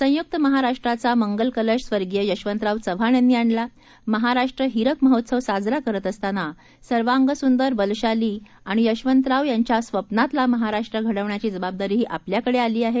संयुक्त महाराष्ट्राचा मंगल कलश स्वर्गीय यशवंतराव चव्हाण यांनी आणला महाराष्ट्र हिरक महोत्सव साजरा करत असताना सर्वांगसूंदर बलशाली आणि यशवंतराव यांच्या स्वप्नातला महाराष्ट्र घडवण्याची जबाबदारीही आपल्याकडे आली आहे